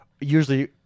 usually